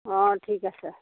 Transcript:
অঁ ঠিক আছে